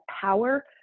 power